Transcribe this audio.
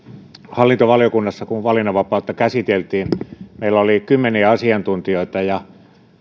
kun hallintovaliokunnassa käsiteltiin valinnanvapautta meillä oli kymmeniä asiantuntijoita ja